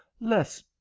less